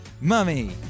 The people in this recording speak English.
mummy